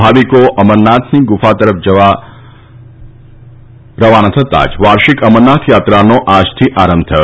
ભાવિકો અમરનાથની ગુફા તરફ જવા રવાના થતા જ વાર્ષિક અમરનાથ યાત્રાનો આજથી આરંભ થશે